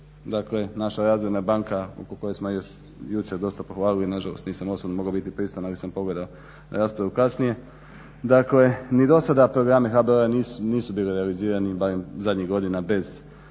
dakle naša razvojna banka oko koje smo još jučer dosta pohvalili, nažalost nisam osobno mogao biti prisutan ali sam pogledao raspravu kasnije, dakle ni dosada programi HBOR-a nisu bili realizirani barem zadnjih godina bez